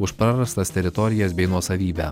už prarastas teritorijas bei nuosavybę